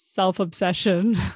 self-obsession